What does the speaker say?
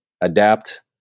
adapt